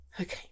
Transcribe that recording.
Okay